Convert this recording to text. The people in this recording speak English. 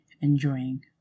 enjoying